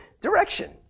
direction